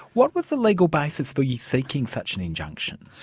what was the legal basis for you seeking such an injunction?